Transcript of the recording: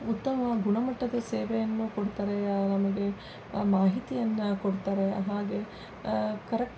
ಉತ್ತಮ ಗುಣಮಟ್ಟದ ಸೇವೆಯನ್ನು ಕೊಡ್ತಾರೆ ನಮಗೆ ಮಾಹಿತಿಯನ್ನು ಕೊಡ್ತಾರೆ ಹಾಗೇ ಕರೆಕ್ಟ್